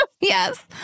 yes